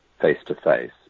face-to-face